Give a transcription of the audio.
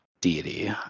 deity